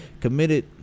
committed